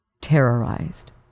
terrorized